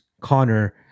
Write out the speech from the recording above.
Connor